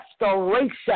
restoration